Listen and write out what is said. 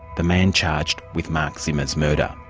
the man charged with mark zimmer's murder.